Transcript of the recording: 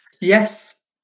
Yes